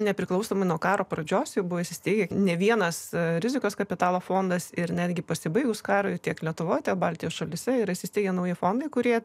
nepriklausomai nuo karo pradžios jau buvo įsisteigę ne vienas rizikos kapitalo fondas ir netgi pasibaigus karui tiek lietuvoje tiek baltijos šalyse yra įsisteigę nauji fondai kurie